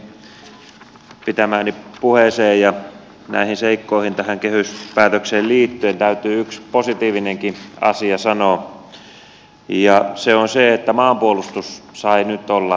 jatkoksi tuohon aiemmin pitämääni puheeseen ja näihin seikkoihin tähän kehyspäätökseen liittyen täytyy yksi positiivinenkin asia sanoa ja se on se että maanpuolustus sai nyt olla rauhassa